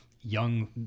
young